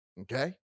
okay